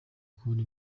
kubona